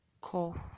call